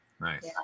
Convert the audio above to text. Nice